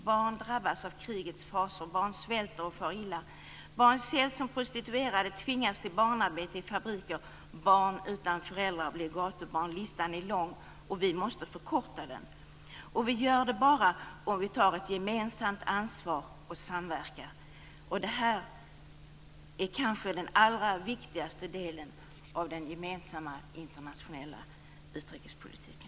Barn drabbas av krigets fasor, barn svälter och far illa, barn säljs som prostituerade, barn tvingas att arbeta i fabriker, barn utan föräldrar blir gatubarn - listan är lång. Vi måste förkorta den, och det gör vi bara om vi tar ett gemensamt ansvar och samverkar. Detta är kanske den allra viktigaste delen av den gemensamma internationella utrikespolitiken.